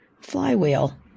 flywheel